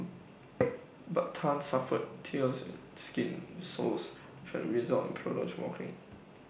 but Tan suffered tears skin soles as A result of the prolonged walking